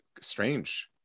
strange